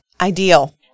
ideal